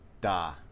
da